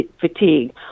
fatigue